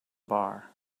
bar